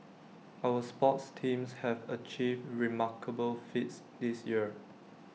our sports teams have achieved remarkable feats this year